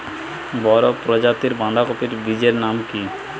বড় প্রজাতীর বাঁধাকপির বীজের নাম কি?